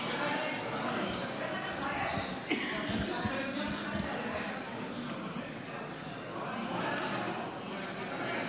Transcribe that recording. בבקשה,